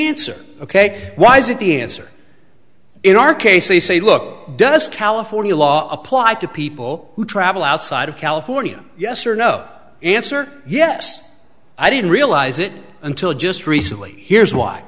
answer ok why is it the answer in our case they say look does california law apply to people who travel outside of california yes or no answer yes i didn't realize it until just recently here's why